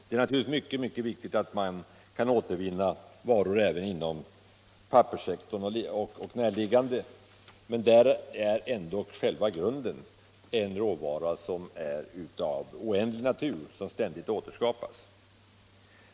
Det är naturligtvis också mycket viktigt att kunna återvinna råvaror inom t.ex. papperssektorn och näraliggande områden, men där är ändå själva grunden en råvara av icke ändlig natur som ständigt återskapas.